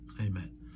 Amen